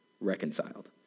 reconciled